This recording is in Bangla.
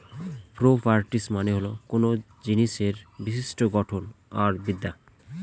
প্রর্পাটিস মানে হল কোনো জিনিসের বিশিষ্ট্য গঠন আর বিদ্যা